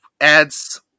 adds